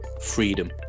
freedom